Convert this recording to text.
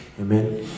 Amen